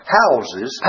houses